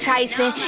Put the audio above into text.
Tyson